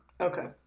Okay